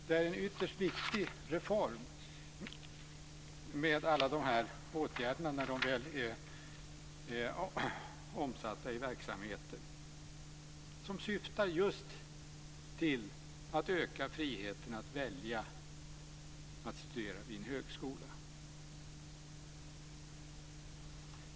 Det är en ytterst viktig reform med alla de här åtgärderna när de väl är omsatta i verksamheter, och den syftar just till att öka friheten att välja att studera vid en högskola.